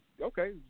okay